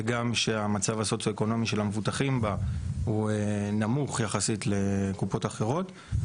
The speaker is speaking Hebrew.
וגם שהמצב הסוציו אקונומי של המבוטחים בה הוא נמוך יחסית לקופות אחרות,